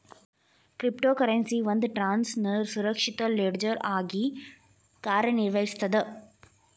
crypto currency ಒಂದ್ ಟ್ರಾನ್ಸ್ನ ಸುರಕ್ಷಿತ ಲೆಡ್ಜರ್ ಆಗಿನೂ ಕಾರ್ಯನಿರ್ವಹಿಸ್ತದ